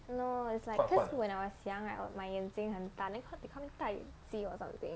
no is like because when I was young I was my 眼睛很大 then they call me 大眼睛 or something